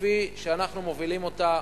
כפי שאנחנו מובילים אותה,